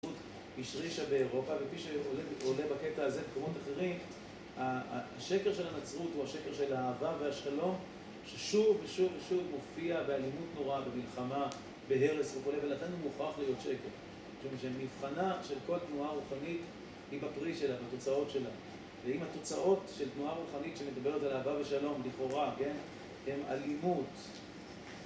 השרישה באירופה, וכפי שעולה בקטע הזה במקומות אחרים, השקר של הנצרות הוא השקר של האהבה והשלום, ששוב ושוב ושוב מופיע באלימות נורא, במלחמה, בהרס וכו', ולכן הוא מוכרח להיות שקר. זאת אומרת שמבחנה של כל תנועה רוחנית היא בפרי שלה, בתוצאות שלה. ואם התוצאות של תנועה רוחנית שמדברת על אהבה ושלום, לכאורה, כן, הן אלימות.